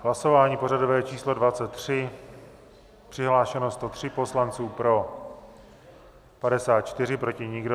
Hlasování pořadové číslo 23, přihlášeno 103 poslanců, pro 54, proti nikdo.